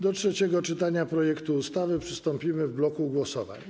Do trzeciego czytania projektu ustawy przystąpimy w bloku głosowań.